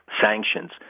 sanctions